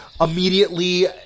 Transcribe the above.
immediately